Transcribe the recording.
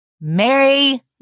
Mary